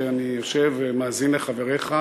שאני יושב ומאזין לחבריך,